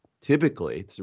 typically